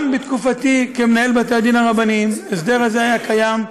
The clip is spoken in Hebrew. גם בתקופתי כמנהל בתי-הדין הרבניים ההסדר הזה היה קיים,